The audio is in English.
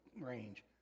range